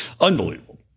unbelievable